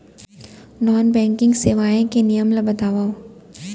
Non banking सेवाएं के नियम ला बतावव?